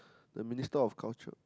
the minister of culture